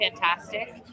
fantastic